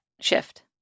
shift